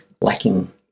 lacking